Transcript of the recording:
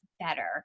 better